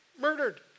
murdered